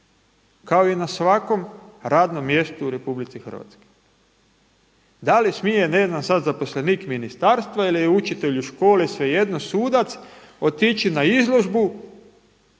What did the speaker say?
kao i na svakom radnom mjestu u RH. Da li smije ne znam sada zaposlenik ministarstva ili učitelj u školi, svejedno, sudac, otići na izložbu